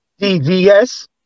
DVS